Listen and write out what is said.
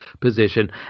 position